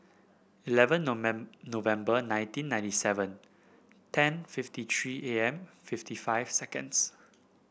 eleven November nineteen ninety seven ten fifty three A M fifty five seconds